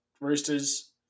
Roosters